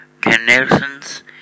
connections